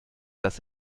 dass